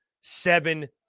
seven